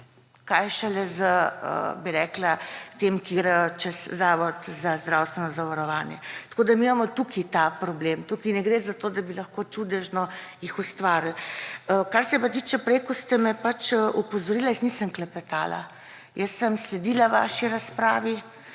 kaj šele za tiste, ki gredo čez Zavod za zdravstveno zavarovanje. Tukaj imamo mi problem. Tukaj ne gre za to, da bi jih lahko čudežno ustvarili. Kar se pa tiče prej, ko ste me opozorili, jaz nisem klepetala, jaz sem sledila vaši razpravi.